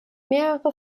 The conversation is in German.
mehrere